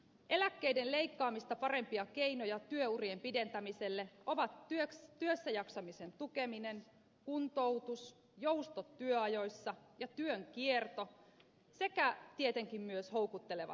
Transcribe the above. eläkkeiden leikkaamista parempia keinoja työurien pidentämiselle ovat työssäjaksamisen tukeminen kuntoutus joustot työajoissa ja työn kierto sekä tietenkin myös houkuttelevat eläkekertymät